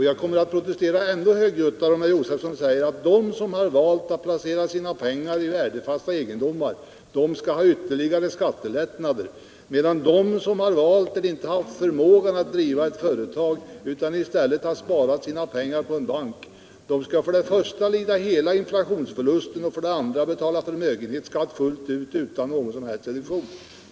Jag kommer att protestera ännu mera högljutt om Stig Josefson säger 67 Nr 56 att de som valt att placera sina pengar i värdefast egendom skall ha Lördagen den ytterligare skattelättnader, medan de som inte haft förmågan att driva 17 december 1977 ett företag utan i stället har sparat sina pengar på en bank för det första skall lida hela inflationsförlusten och för det andra skall betala full för De mindre och mögenhetsskatt utan någon som helst reduktion.